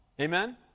Amen